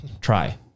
try